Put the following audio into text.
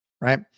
right